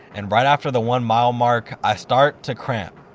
and right after the one mile mark, i start to cramp.